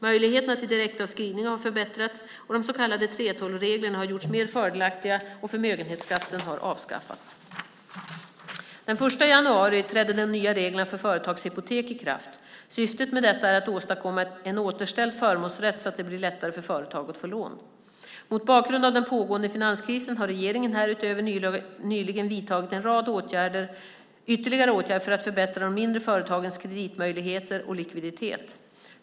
Möjligheterna till direktavskrivningar har förbättrats och de så kallade 3:12-reglerna har gjorts mer fördelaktiga och förmögenhetsskatten har avskaffats. Den 1 januari trädde de nya reglerna för företagshypotek i kraft. Syftet med detta är att åstadkomma en återställd förmånsrätt så att det blir lättare för företag att få lån. Mot bakgrund av den pågående finanskrisen har regeringen härutöver nyligen vidtagit en rad ytterligare åtgärder för att förbättra de mindre företagens kreditmöjligheter och likviditet.